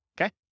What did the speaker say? Okay